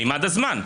הזמן.